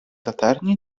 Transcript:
latarni